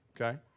okay